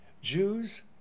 Jews